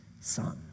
son